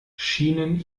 schienen